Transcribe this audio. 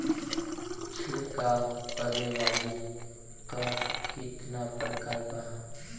छिड़काव करे वाली क कितना प्रकार बा?